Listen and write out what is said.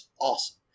awesome